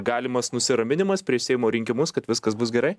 galimas nusiraminimas prieš seimo rinkimus kad viskas bus gerai